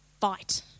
fight